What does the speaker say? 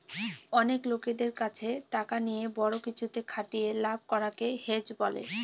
অনেক লোকদের কাছে টাকা নিয়ে বড়ো কিছুতে খাটিয়ে লাভ করাকে হেজ বলে